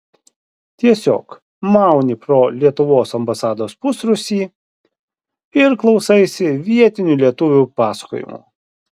tiesiog mauni pro lietuvos ambasados pusrūsį ir klausaisi vietinių lietuvių pasakojimų